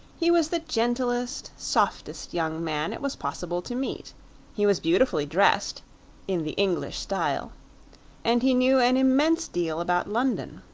he was the gentlest, softest young man it was possible to meet he was beautifully dressed in the english style and he knew an immense deal about london.